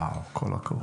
וואו, כל הכבוד.